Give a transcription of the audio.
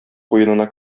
куенына